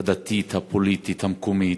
הדתית, הפוליטית, המקומית,